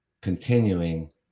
Continuing